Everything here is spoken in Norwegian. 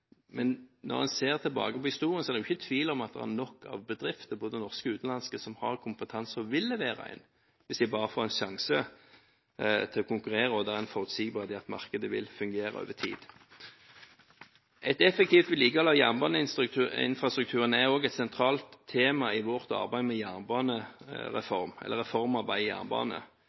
Men når man ser tilbake på historien, er det ikke tvil om at det er nok av bedrifter – både norske og utenlandske – som har kompetanse og vil levere hvis de bare får en sjanse til å konkurrere og det er forutsigbart at markedet vil fungere over tid. Et effektivt vedlikehold av jernbaneinfrastrukturen er også et sentralt tema i vårt arbeid med reformarbeidet i jernbanen. Dette vil også bli omtalt i en egen stortingsmelding om reformarbeid